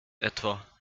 etwa